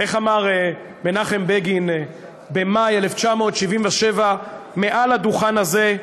איך אמר מנחם בגין במאי 1977 מעל הדוכן הזה?